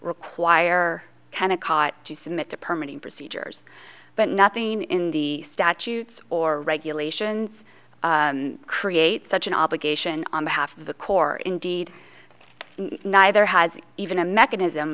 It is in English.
require can a cot to submit to permanent procedures but nothing in the statutes or regulations create such an obligation on behalf of the corps indeed neither has even a mechanism